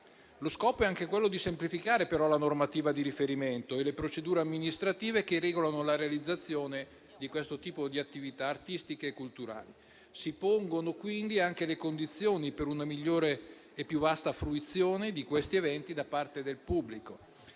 Lo scopo, però, è anche quello di semplificare la normativa di riferimento e le procedure amministrative che regolano la realizzazione di questo tipo di attività artistiche e culturali. Si pongono quindi anche le condizioni per una migliore e più vasta fruizione di questi eventi da parte del pubblico.